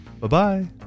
Bye-bye